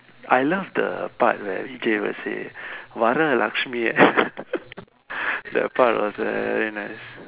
I love the part where Vijay will say வரலட்சுமியே:varalatsumiyee that part was very nice